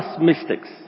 mistakes